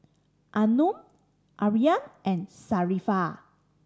Anuar Aryan and Sharifah